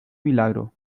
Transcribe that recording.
milagro